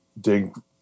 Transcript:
dig